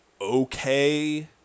okay